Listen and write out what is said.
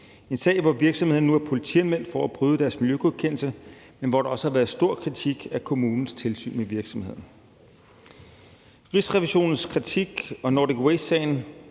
en sag, hvor virksomheden nu er politianmeldt for at bryde deres miljøgodkendelse, men hvor der også har været stor kritik af kommunens tilsyn med virksomheden. Rigsrevisionens kritik og Nordic Waste-sagen